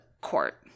court